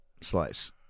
slice